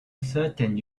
certain